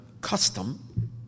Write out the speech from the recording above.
custom